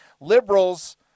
Liberals